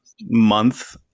month